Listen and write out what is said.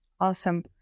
Awesome